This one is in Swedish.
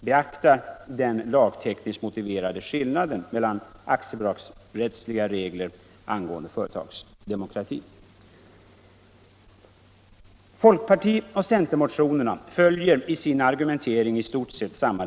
beaktar den lagtekniskt motiverade skillnaden mellan aktiebolagsrättsliga regler och regler angående företagsdemokrati”. Folkpartioch centerpartimotionerna följer i stort sett samma linje i sin argumentering.